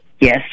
yes